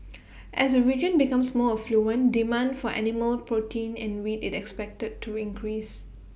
as the region becomes more affluent demand for animal protein and wheat is expected to increase